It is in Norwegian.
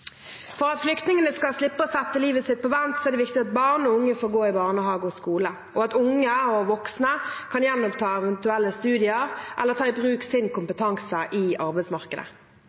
For at flyktningene skal slippe å sette livet sitt på vent, er det viktig at barn og unge får gå i barnehage og skole, og at unge og voksne kan gjenoppta eventuelle studier eller ta i bruk sin kompetanse i arbeidsmarkedet.